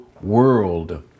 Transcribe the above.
world